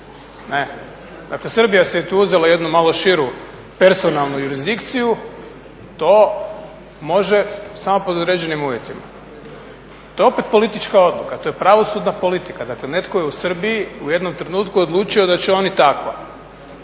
Dakle Srbija si je tu uzela jednu malo širu personalnu jurisdikciju. To može samo pod određenim uvjetima. To je opet politička odluka. To je pravosudna politika, dakle netko je u Srbiji u jednom trenutku odlučio da će oni tako,